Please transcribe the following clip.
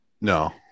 No